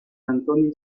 antonio